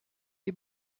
est